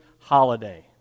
holiday